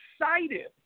excited